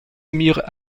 mirent